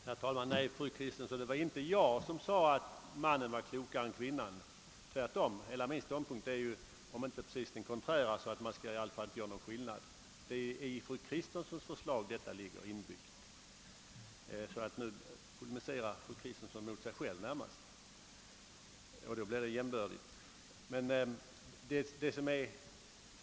Herr talman! Nej, fru Kristensson, det var inte jag som sade att mannen är klokare än kvinnan. Tvärtom är hela min ståndpunkt om inte precis den konträra så i alla fall den att man inte skall göra någon skillnad. Det är i fru Kristenssons förslag den förra uppfattningen ligger inbyggd. Hon polemiserar alltså nu närmast mot sig själv.